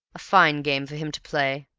a fine game for him to play,